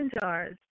jars